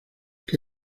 que